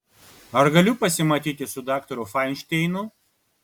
ar galiu pasimatyti su daktaru fainšteinu